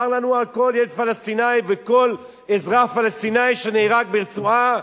צר לנו על כל ילד פלסטיני וכל אזרח פלסטיני שנהרג ברצועה,